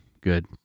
good